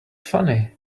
funny